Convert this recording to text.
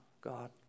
God